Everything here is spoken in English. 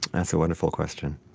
that's a wonderful question.